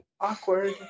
Awkward